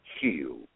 heal